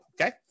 okay